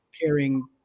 caring